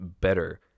better